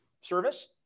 service